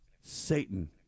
Satan